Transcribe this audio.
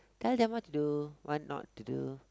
tell them what to do what not to do